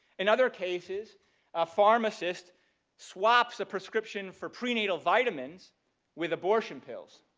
in other cases a pharmacist swaps a prescription for prenatal vitamins with abortion pills